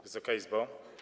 Wysoka Izbo!